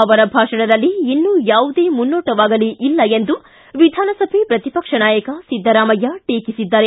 ಅವರ ಭಾಷಣದಲ್ಲಿ ಇನ್ನೂ ಯಾವುದೇ ಮುನ್ನೋಟವಾಗಲೀ ಇಲ್ಲ ಎಂದು ವಿಧಾನಸಭೆ ಪ್ರತಿಪಕ್ಷ ನಾಯಕ ಸಿದ್ದರಾಮಯ್ಯ ಟೀಕಿಸಿದ್ದಾರೆ